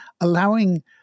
allowing